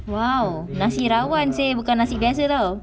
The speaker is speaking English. !wow! nasi rawon bukan nasi biasa [tau]